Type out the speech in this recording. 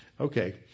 Okay